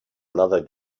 another